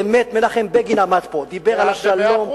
מנחם בגין עמד פה, דיבר על השלום.